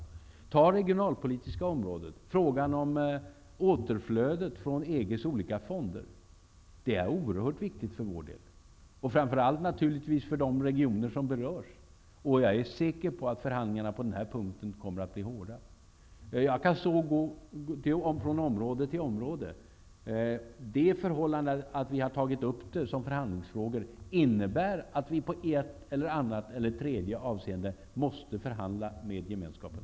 Det gäller t.ex. regionalpolitiken och frågan om återflödet från EG:s olika fonder. Detta är oerhört viktigt för oss och för de regioner som berörs. Jag är säker på att förhandlingarna kommer att bli hårda på den här punkten. Jag skulle kunna nämna område efter område. Det förhållandet att vi har tagit upp vissa frågor som förhandlingsfrågor innebär att vi i något avseende måste förhandla med Gemenskapen.